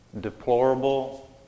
deplorable